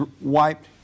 wiped